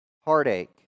heartache